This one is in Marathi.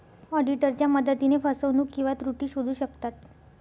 ऑडिटरच्या मदतीने फसवणूक किंवा त्रुटी शोधू शकतात